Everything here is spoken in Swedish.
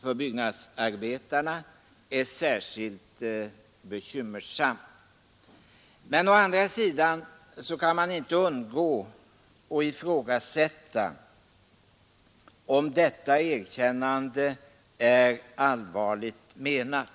för byggnadsarbetarna är bekymmersamt. Men å andra sidan kan man inte undgå att ifrågasätta om detta erkännande är allvarligt menat.